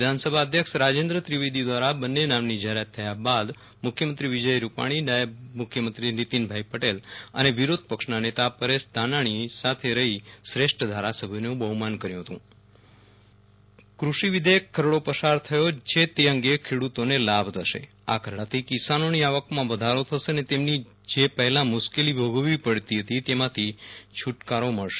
વિધાનસભા અધ્યક્ષ રાજેન્દ્ર ત્રિવેદી દ્વારા બંને નામની જાહેરાત થયા બાદ મુખ્યમંત્રી વિજય રૂપાણી નાયબ મુખ્યમંત્રી નિતિનભાઈ પટેલ અને વિરોધ પક્ષના નેતા પરેશ ધાનાણીએ સાથે રહી શ્રેષ્ઠ ધારાસભ્યોનું બહુમાન કર્યું હતું વિરલ રાણા કૃષિ વેધેયક કચ્છ કિસાન સંઘબાઈટ કૃષિ વિઘેયક ખરડો પસાર થયો છે તે અંગે ખેડૂતોને લાભ થશે આ ખરડાથી કિસાનોની આવકમાં વધારો થશે અને તેમની જે પહેલા મુશ્કેલી ભોગવવી પડતી હતી તેમાંથી છૂટકારો મળશે